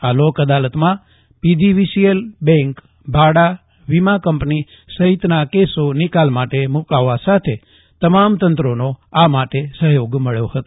આ લોક અદાલતમાં પીજીવીસીએલ બેન્ક ભાડા વીમા કંપની સહિતના કેસો નિકાલ માટે મુકાવવા સાથે તમામ તંત્રોનો આ માટે સહયોગ મળ્યો હતો